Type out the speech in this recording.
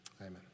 amen